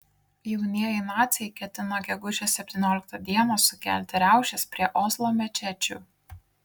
jaunieji naciai ketina gegužės septynioliktą dieną sukelti riaušes prie oslo mečečių